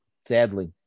Sadly